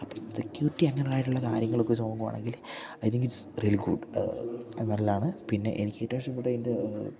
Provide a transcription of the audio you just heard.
അപ്പ സെക്യൂരിറ്റി അങ്ങനെയായിട്ടുള്ള കാര്യങ്ങളൊക്കെ വെച്ച് നോക്കുവാണെങ്കിൽ ഐ തിങ്കിറ്റ്സ് റിയൽ ഗൂഡ്ത് നല്ലതാണ് പിന്നെ എനിക്ക് ഏറ്റവും ഇഷ്ടപ്പെട്ട ഇതിൻ്റെ